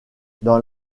dans